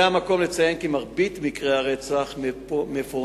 זה המקום לציין כי מרבית מקרי הרצח מפוענחים,